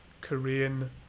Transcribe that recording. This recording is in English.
korean